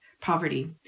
poverty